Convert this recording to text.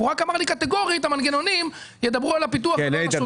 הוא רק אמר לי קטגורית: המנגנונים ידברו על הפיתוח ולא על השוטף.